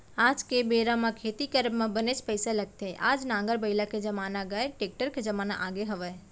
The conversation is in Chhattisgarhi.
आज के बेरा म खेती करब म बनेच पइसा लगथे आज नांगर बइला के जमाना गय टेक्टर के जमाना आगे हवय